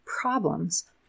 problems